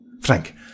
Frank